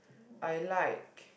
I like